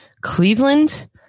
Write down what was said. Cleveland